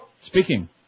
Speaking